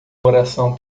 oração